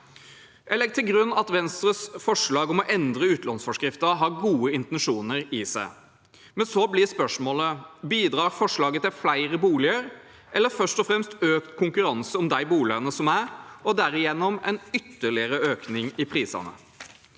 Jeg legger til grunn at Venstres forslag om å endre utlånsforskriften har gode intensjoner i seg, men så blir spørsmålet: Bidrar forslaget til flere boliger, eller først og fremst til økt konkurranse om de boligene som er, og derigjennom en ytterligere økning i prisene?